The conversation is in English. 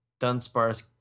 Dunsparce